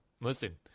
Listen